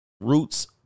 Roots